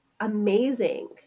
amazing